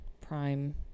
prime